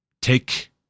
Take